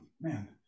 man